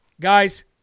Guys